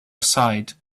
aside